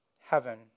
heaven